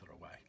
away